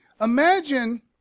Imagine